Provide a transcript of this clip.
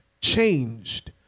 changed